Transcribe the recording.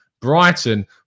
Brighton